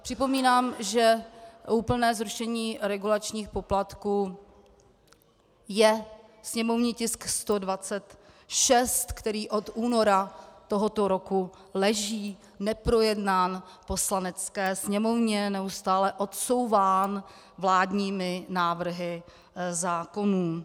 Připomínám, že úplné zrušení regulačních poplatků je sněmovní tisk 126, který od února tohoto roku leží neprojednán v Poslanecké sněmovně, je neustále odsouván vládními návrhy zákonů.